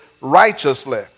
righteously